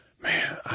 man